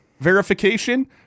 verification